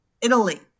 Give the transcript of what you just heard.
Italy